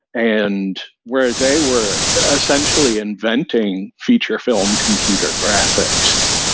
and where they were essentially inventing future film computer graphics.